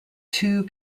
two